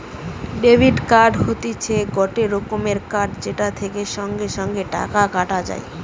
debit card হতিছে গটে রকমের কার্ড যেটা থেকে সঙ্গে সঙ্গে টাকা কাটা যায়